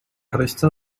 resta